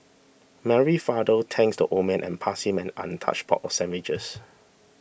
Mary's father thanks the old man and passed him an untouched box of sandwiches